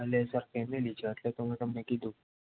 અને એની અંદર ફેમિલી સાથે તો મી તમને કીધું